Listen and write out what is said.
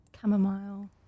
chamomile